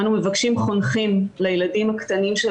אנו מבקשים חונכים לילדים הקטנים של